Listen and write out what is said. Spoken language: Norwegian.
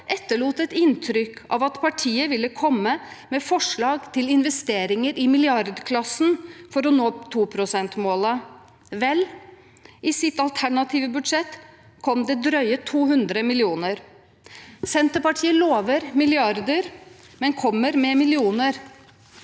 etterlot et inntrykk av at partiet ville komme med forslag til investeringer i milliardklassen for å nå 2 pst.-målet. Vel, i deres alternative budsjett kom det drøye 200 mill. kr. Senterpartiet lover milliarder, men kommer med millioner.